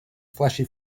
fleshy